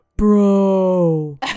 bro